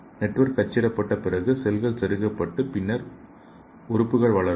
network அச்சிடப்பட்ட பிறகு செல்கள் செருகப்பட்டு பின்னர் உறுப்புகள் வளரும்